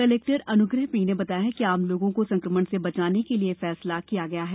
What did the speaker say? collector Anugrah P ने बताया कि आम लोगों को संकमण से बचाने के लिए यह फैसला लिया गया है